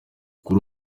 kuri